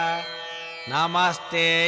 Namaste